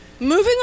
Moving